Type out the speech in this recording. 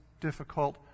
difficult